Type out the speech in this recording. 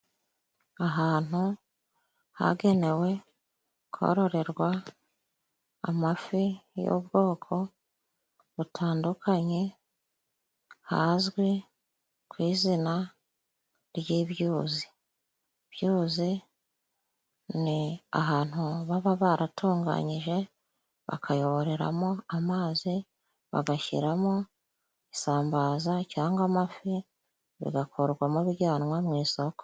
Ahantu hagenewe kororerwa amafi y'ubwoko butandukanye, hazwi ku izina ry'ibyuzi. Ibyuzi ni ahantu baba baratunganyije bakayoboreramo amazi, bagashyiramo isambaza cyangwa amafi bigakorwamo bijyanwa mu isoko.